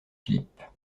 philippe